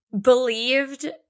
believed